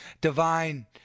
divine